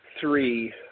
Three